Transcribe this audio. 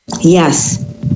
Yes